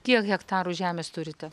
kiek hektarų žemės turite